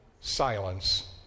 silence